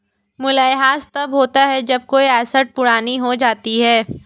मूल्यह्रास तब होता है जब कोई एसेट पुरानी हो जाती है